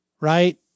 right